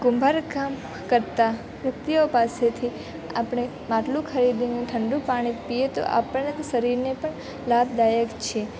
કુંભારકામ કરતાં વ્યક્તિઓ પાસેથી આપણે માટલું ખરીદીને ઠંડુ પાણી પીએ તો આપના શરીરને પણ લાભદાયક છે